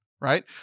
Right